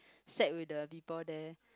set with the people there